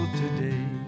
today